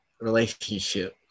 relationship